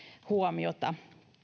huomiota